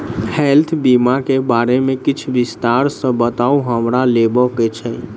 Health बीमा केँ बारे किछ विस्तार सऽ बताउ हमरा लेबऽ केँ छयः?